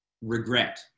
regret